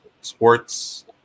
sports